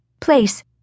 Place